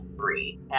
three